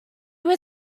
were